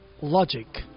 logic